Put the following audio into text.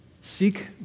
Seek